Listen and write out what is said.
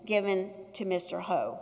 given to mr ho